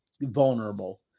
vulnerable